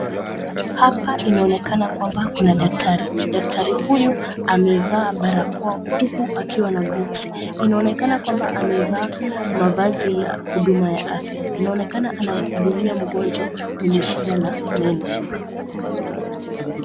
Kuna daktari. Daktari huyu amevaa barakoa huku akiwa na gloves . Amevaa mavazi ya huduma ya afya anamhudumia mgonjwa mwenye shida ya meno.